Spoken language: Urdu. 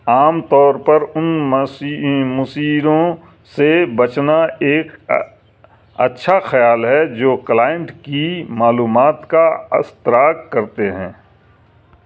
عام طور پر ان مشی مشیروں سے بچنا ایک اچھا خیال ہے جو کلائنٹ کی معلومات کا اشتراک کرتے ہیں